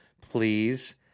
please